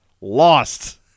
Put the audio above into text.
lost